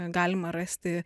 galima rasti